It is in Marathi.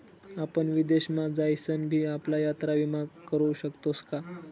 आपण विदेश मा जाईसन भी आपला यात्रा विमा करू शकतोस का?